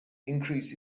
increase